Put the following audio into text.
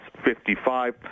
55